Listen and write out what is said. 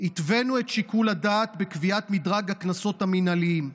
התווינו את שיקול הדעת בקביעת מדרג הקנסות המינהליים.